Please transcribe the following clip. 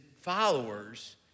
followers